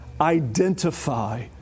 identify